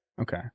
Okay